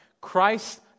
Christ